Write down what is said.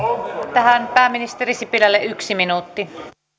tähän pääministeri sipilälle yksi minuutti